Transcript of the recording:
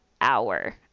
hour